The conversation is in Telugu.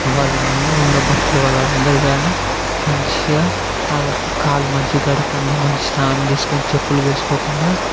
వాళ్ళందరూ ఉన్న భక్తిలో వాళ్ళందరు కాని మంచిగా ఆ కాళ్ళు మంచిగా కడుక్కొని మంచిగా స్నానం చేసుకుని చెప్పులు వేసుకోకుండా